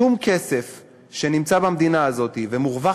שום כסף שנמצא במדינה הזאת ומורווח